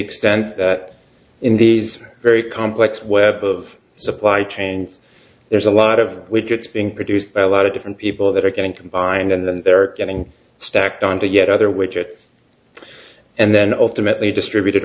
extent that in these very complex web of supply chains there's a lot of widgets being produced by a lot of different people that are getting combined and they're getting stacked on to get other widgets and then ultimately distributed